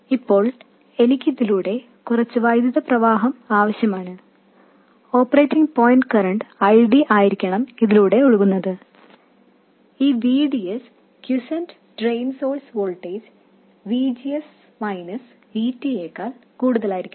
ഇപ്പോൾ എനിക്ക് ഇതിലൂടെ കുറച്ച് വൈദ്യുതി പ്രവാഹം ആവശ്യമാണ് ഓപ്പറേറ്റിംഗ് പോയിന്റ് കറന്റ് ID ആയിരിക്കണം ഇതിലൂടെ ഒഴുകുന്നത് ഈ VDS quiescent drain source voltage VGS VT യേക്കാൾ കൂടുതലായിരിക്കണം